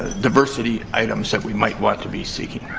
diversity items that we might want to be seeking.